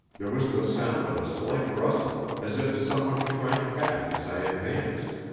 there was the sound of a slight rustle, as if someone shrank back as i advanced.